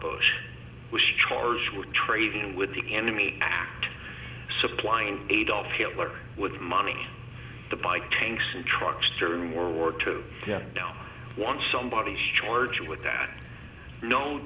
bush was charged with trading with the enemy supplying adolf hitler with money to buy tanks and trucks during world war two now once somebody is charged with that no